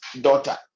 daughter